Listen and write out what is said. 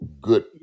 good